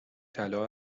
طلا